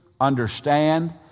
understand